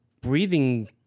breathing